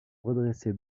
redresser